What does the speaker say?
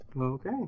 Okay